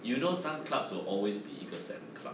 you know some clubs will always be 一个 sand club